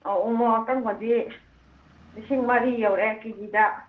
ꯑꯧ ꯎꯃꯣꯔꯣꯛ ꯑꯀꯪꯕꯗꯤ ꯂꯤꯁꯤꯡ ꯃꯔꯤ ꯌꯧꯔꯦ ꯀꯦꯖꯤꯗ